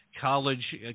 college